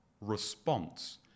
response